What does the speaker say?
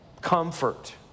comfort